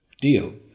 deal